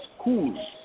schools